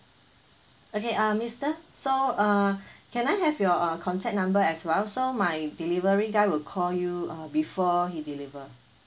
okay uh mister so uh can I have your uh contact number as well so my delivery guy will call you uh before he deliver